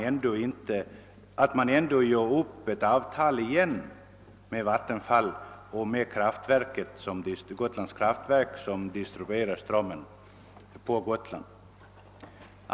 Vore det inte skäl i att man återigen gjorde upp ett avtal med Vattenfall och Gotlands kraftverk, som distribuerar strömmen på Gotland?